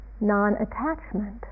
non-attachment